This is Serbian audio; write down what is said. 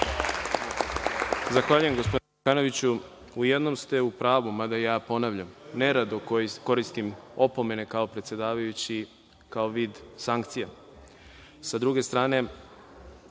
Zahvaljujem, gospodine Đukanoviću.U jednom ste u pravu, mada ponavljam, nerado koristim opomene kao predsedavajući, kao vid sankcija.